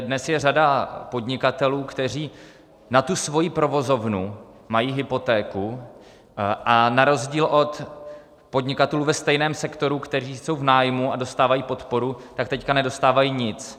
Dnes je řada podnikatelů, kteří na svoji provozovnu mají hypotéku a na rozdíl od podnikatelů ve stejném sektoru, kteří jsou v nájmu a dostávají podporu, teď nedostávají nic.